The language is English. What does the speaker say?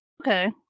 Okay